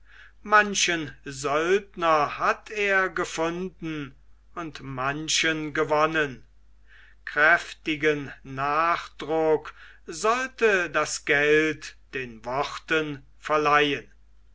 manchen söldner hatt er gefunden und manchen gewonnen kräftigen nachdruck sollte das geld den worten verleihen